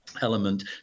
element